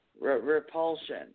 repulsion